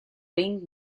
ring